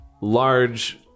large